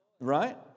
Right